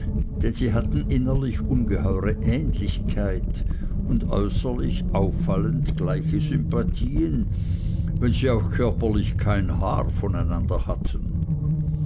denn sie hatten innerlich ungeheure ähnlichkeit und äußerlich auffallend gleiche sympathien wenn sie auch körperlich kein haar von einander hatten